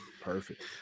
Perfect